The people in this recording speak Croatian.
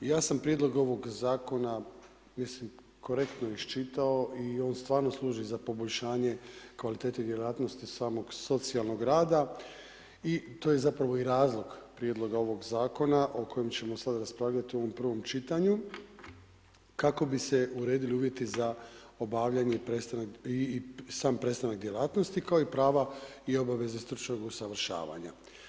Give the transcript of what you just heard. Ja sam o prijedlogu ovog zakona, mislim korektno iščitao i ovo stvarno služi za poboljšanje kvalitet vjerojatnosti samog socijalnog rada i to je zapravo i razlog prijedloga ovog zakona o kojem ćemo sad raspravljati u ovom prvom čitanju kako bi se uredili uvjeti za obavljanje i sam prestanak djelatnosti kao i prava i obaveze stručnog usavršavanja.